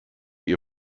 ihr